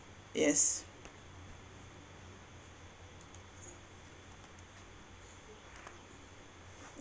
yes